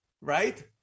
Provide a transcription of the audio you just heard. right